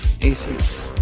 AC